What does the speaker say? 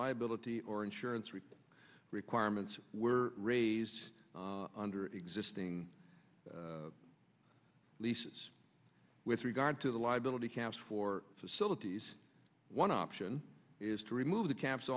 liability or insurance rip requirements were raise under existing leases with regard to the liability caps for facilities one option is to remove the caps